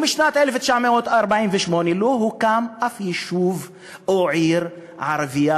משנת 1948 לא הוקם אף יישוב ערבי או עיר ערבית,